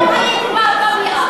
כל היום הייתי במליאה.